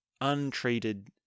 untreated